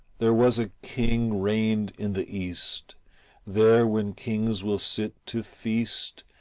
there was a king reigned in the east there, when kings will sit to feast,